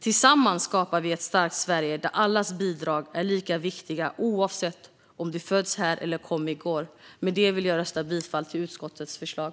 Tillsammans skapar vi ett starkt Sverige där allas bidrag är lika viktiga, oavsett om du föddes här eller kom i går. Med det vill jag yrka bifall till utskottets förslag.